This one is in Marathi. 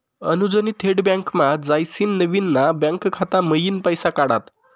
अनुजनी थेट बँकमा जायसीन नवीन ना बँक खाता मयीन पैसा काढात